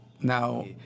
now